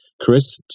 Chris